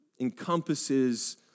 encompasses